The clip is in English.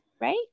right